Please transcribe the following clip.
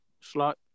slot